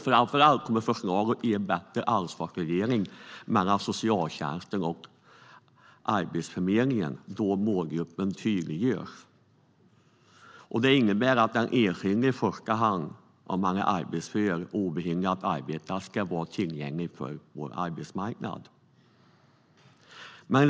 Framför allt kommer förslaget att ge en bättre ansvarsfördelning mellan socialtjänsten och Arbetsförmedlingen, eftersom målgruppen tydliggörs. Det innebär att den enskilde i första hand, om han eller hon är arbetsför och obehindrad att arbeta, ska vara tillgänglig för arbetsmarknaden.